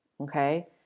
okay